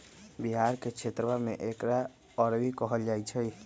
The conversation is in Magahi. बिहार के क्षेत्रवा में एकरा अरबी कहल जाहई